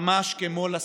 ממש כמו לשכירים,